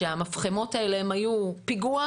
המפחמות האלה הן היו פיגוע,